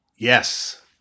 Yes